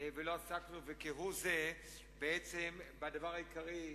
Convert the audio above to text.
ולא עסקנו כהוא זה בעצם בדבר העיקרי,